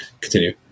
continue